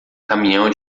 caminhão